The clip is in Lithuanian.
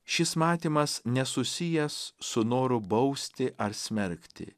šis matymas nesusijęs su noru bausti ar smerkti